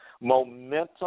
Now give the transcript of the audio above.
Momentum